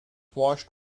washed